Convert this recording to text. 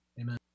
Amen